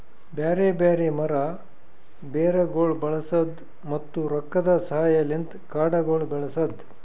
ಬ್ಯಾರೆ ಬ್ಯಾರೆ ಮರ, ಬೇರಗೊಳ್ ಬಳಸದ್, ಮತ್ತ ರೊಕ್ಕದ ಸಹಾಯಲಿಂತ್ ಕಾಡಗೊಳ್ ಬೆಳಸದ್